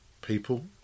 people